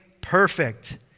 perfect